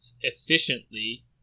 efficiently